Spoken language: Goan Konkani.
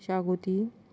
शागोती